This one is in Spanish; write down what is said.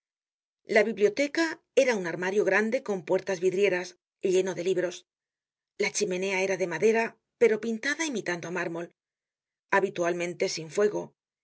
la biblioteca era un armario grande con puertas vidrieras lleno de libros la chimenea era de madera pero pintada imitando á mármol habitualmente sin fuego